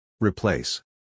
Replace